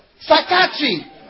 Psychiatry